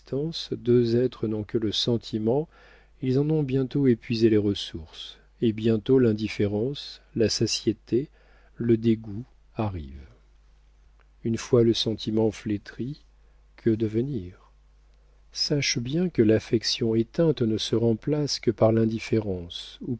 deux êtres n'ont que le sentiment ils en ont bientôt épuisé les ressources et bientôt l'indifférence la satiété le dégoût arrivent une fois le sentiment flétri que devenir sache bien que l'affection éteinte ne se remplace que par l'indifférence